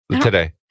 today